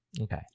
Okay